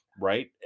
right